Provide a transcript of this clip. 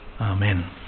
Amen